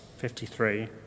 53